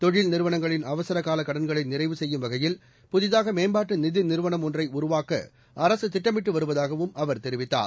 தொழில் நிறுவனங்களின் அவசர கால கடன்களை நிறைவு செய்யும் வகையில் புதிதாக மேம்பாட்டு நிதி நிறுவனம் ஒன்றை உருவாக்க அரசு திட்டமிட்டு வருவதாகவும் அவர் தெரிவித்தார்